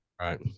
right